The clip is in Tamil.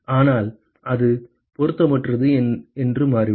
ஆனால் அது பொருத்தமற்றது என்று மாறிவிடும்